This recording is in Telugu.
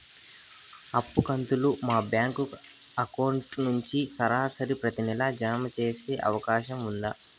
అప్పు కంతులు మా బ్యాంకు అకౌంట్ నుంచి సరాసరి ప్రతి నెల జామ సేసే అవకాశం ఉందా?